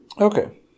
Okay